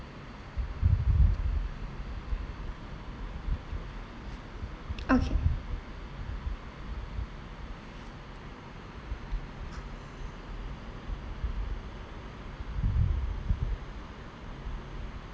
okay